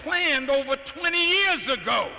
planned over twenty years ago